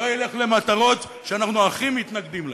לא ילך למטרות שאנחנו הכי מתנגדים להן.